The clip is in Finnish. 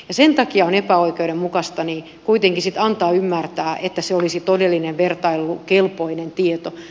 sen takia on epäoikeudenmukaista kuitenkin antaa ymmärtää että se olisi todellinen vertailukelpoinen tieto